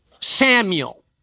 Samuel